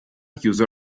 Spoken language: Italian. chiuso